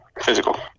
physical